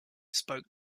spoke